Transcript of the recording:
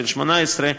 18,